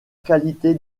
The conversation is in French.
qualité